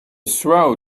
swell